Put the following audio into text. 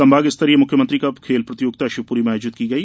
संभाग स्तरीय मुख्यमंत्री कप खेल प्रतियोगिता शिवपुरी में आयोजित की गई